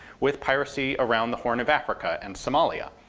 with piracy around the horn of africa and somalia.